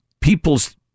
People's